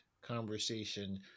conversation